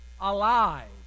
alive